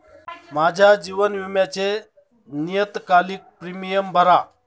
माझ्या जीवन विम्याचे नियतकालिक प्रीमियम भरा